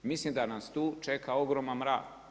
Mislim da nas tu čeka ogroman rad.